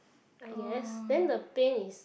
ah ya then the pain is